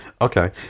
Okay